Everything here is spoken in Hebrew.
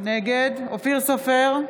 נגד אופיר סופר,